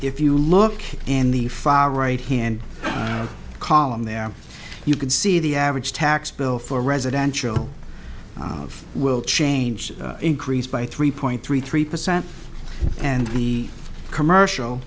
if you look in the far right hand column there you can see the average tax bill for residential of will change increased by three point three three percent and the commercial